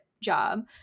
job